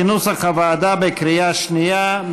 כנוסח הוועדה בקריאה שנייה.